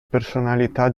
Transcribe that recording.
personalità